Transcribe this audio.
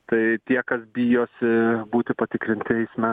tai tie kas bijosi būti patikrinti eisme